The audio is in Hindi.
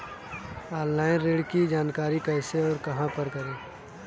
ऑनलाइन ऋण की जानकारी कैसे और कहां पर करें?